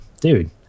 dude